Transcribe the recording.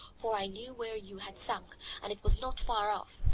for i knew where you had sunk and it was not far off.